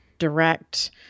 direct